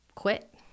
quit